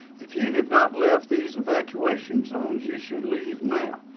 if you have not left these evacuation zones, you should leave now.